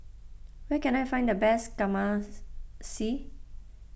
where can I find the best